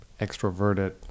extroverted